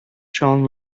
john